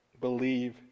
believe